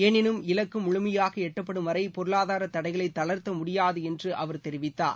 எனினும் இலக்கு முழுமையாக எட்டப்படும் வரை பொருளாதார தடைகளை தளர்த்த முடியாது என்று அவர் தெரிவித்தார்